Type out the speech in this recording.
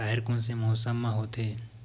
राहेर कोन से मौसम म होथे?